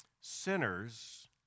Sinners